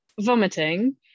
vomiting